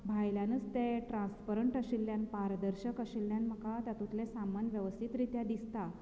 भायल्यानच तें ट्रांन्सपरंट आशिल्यान पारदर्शक आशिल्यान म्हाका तातूंतलें सामान वेवस्थीत रित्या दिसता